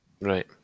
Right